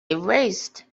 erased